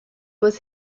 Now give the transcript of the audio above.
was